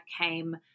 came